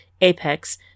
Apex